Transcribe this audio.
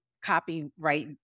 copyright